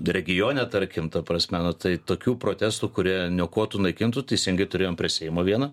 regione tarkim ta prasme nu tai tokių protestų kurie niokotų naikintų teisingai turėjom prie seimo vieną